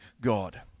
God